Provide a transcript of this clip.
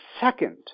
second